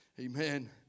amen